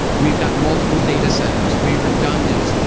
we've got multiple data centers, we redundant.